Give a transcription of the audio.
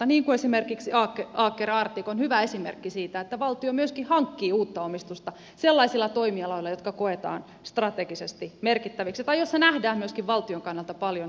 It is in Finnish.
niin kuin esimerkiksi aker arctic on hyvä esimerkki siitä että valtio myöskin hankkii uutta omistusta sellaisilla toimialoilla jotka koetaan strategisesti merkittäviksi tai joissa nähdään myöskin valtion kannalta paljon potentiaalia